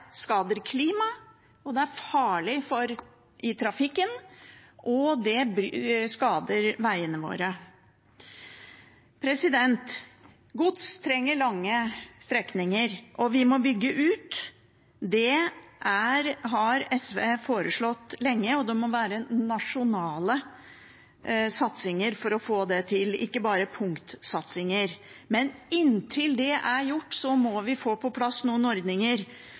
skader klimaet, det gjør det farlig i trafikken, og det skader veiene våre. Gods trenger lange strekninger, og vi må bygge ut. Det har SV foreslått lenge, og det må være nasjonale satsinger for å få det til, ikke bare punktsatsinger. Men inntil det er gjort, må vi få på plass noen ordninger